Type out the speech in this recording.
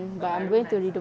but my room nice ah